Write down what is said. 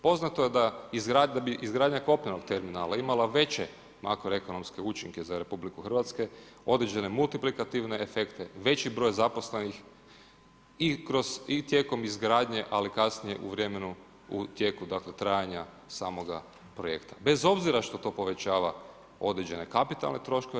Poznato je da bi izgradnja kopnenog terminala imala veće makroekonomske učinke za RH određene multiplikativne efekte, veći broj zaposlenih i tijekom izgradnje, ali kasnije u vremenu u tijeku trajanja samoga projekta, bez obzira što to povećava određene kapitalne troškove.